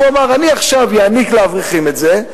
הוא אמר: אני עכשיו אעניק לאברכים את זה,